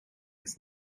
jetzt